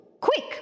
Quick